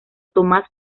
thomas